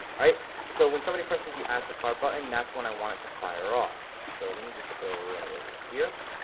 alright so when somebody presses the add to cart button, that's when i want it to fire off. so let me just go right over here.